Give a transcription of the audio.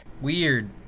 Weird